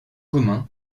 communs